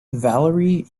valerie